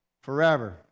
forever